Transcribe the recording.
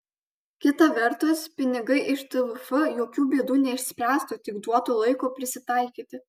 kita vertus pinigai iš tvf jokių bėdų neišspręstų tik duotų laiko prisitaikyti